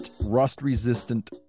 Rust-Resistant